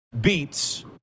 beats